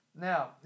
Now